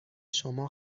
شما